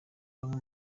bamwe